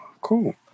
cool